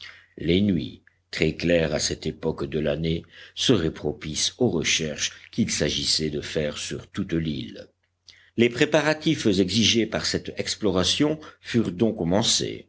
les nuits très claires à cette époque de l'année seraient propices aux recherches qu'il s'agissait de faire sur toute l'île les préparatifs exigés par cette exploration furent don commencés